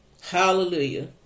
Hallelujah